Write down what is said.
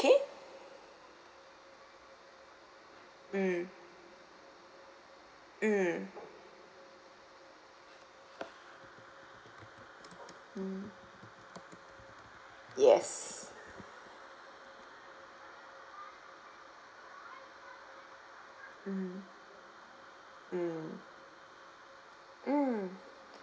mm mm mm yes mm mm mm